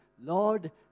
Lord